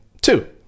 Two